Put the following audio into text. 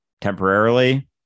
temporarily